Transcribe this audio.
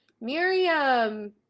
Miriam